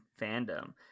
fandom